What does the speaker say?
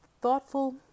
Thoughtful